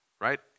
right